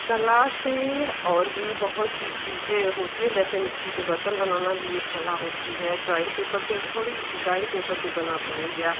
कला से और भी बहुत सी चीज़ें होती हैं जैसे मिट्टी के बर्तन बनाना भी एक कला होती है ड्राइंग पेपर पर ही कि थोड़ी ड्राइंग पेपर पर बना तो हो गया